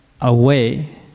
away